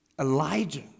Elijah